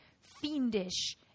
fiendish